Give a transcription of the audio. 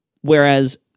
Whereas